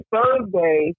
Thursday